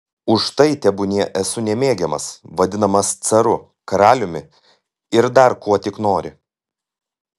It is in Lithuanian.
už tai tebūnie esu nemėgiamas vadinamas caru karaliumi ir dar kuo tik nori